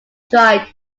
dried